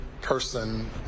person